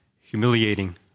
humiliating